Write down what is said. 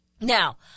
Now